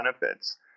benefits